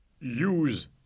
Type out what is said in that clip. Use